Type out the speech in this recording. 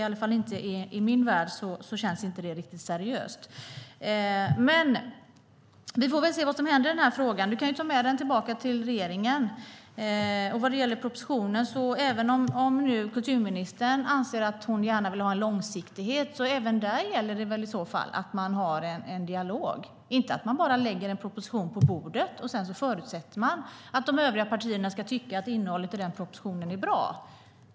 I alla fall i min värld känns inte det riktigt seriöst. Vi får väl se vad som händer i den här frågan. Du kan ju ta med den tillbaka till regeringen. Vad gäller propositionen kan jag säga att även om kulturministern anser att hon gärna vill ha en långsiktighet gäller väl även där att man i så fall har en dialog, inte att man bara lägger en proposition på bordet och sedan förutsätter att de övriga partierna ska tycka att innehållet i den propositionen är bra.